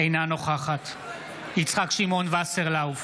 אינה נוכחת יצחק שמעון וסרלאוף,